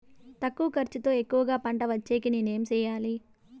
తక్కువ ఖర్చుతో ఎక్కువగా పంట వచ్చేకి నేను ఏమి చేయాలి?